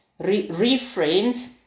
reframes